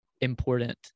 important